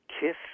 Kiss